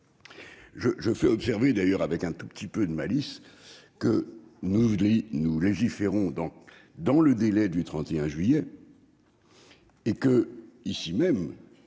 Je fais remarquer, d'ailleurs, avec un tout petit peu de malice, que nous légiférons dans le délai du 31 juillet et que, ici même,